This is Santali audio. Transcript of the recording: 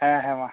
ᱦᱮᱸ ᱦᱮᱸ ᱢᱟ